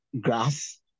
grass